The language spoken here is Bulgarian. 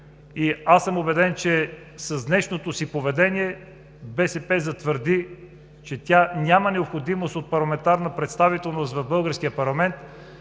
съм, че с днешното си поведение БСП затвърди, че тя няма необходимост от парламентарна представителност в българския парламент.